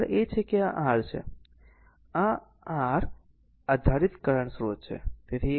આગળ એ છે કે આ r છે અન્ય r આધારિત કરંટ સ્રોત છે